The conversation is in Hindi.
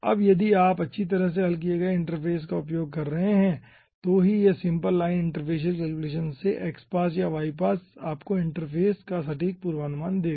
अब यदि आप अच्छी तरह से हल किए गए इंटरफ़ेस का उपयोग कर रहे हैं तो ही यह सिंपल लाइन इंटरफेशियल कैल्कुलेशन से x पास या y पास आपको इंटरफ़ेस का सटीक पूर्वानुमान देगा